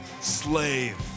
slave